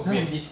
还有